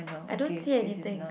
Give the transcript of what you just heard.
I don't see anything